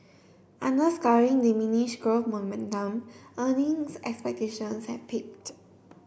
underscoring diminish growth momentum earnings expectations have peaked